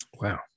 Wow